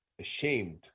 ashamed